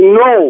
no